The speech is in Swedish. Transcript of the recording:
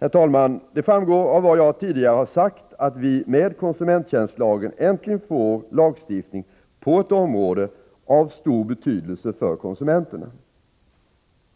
Herr talman! Det framgår av vad jag tidigare har sagt att vi med konsumenttjänstlagen äntligen får lagstiftning på ett område av stor betydelse för konsumenterna.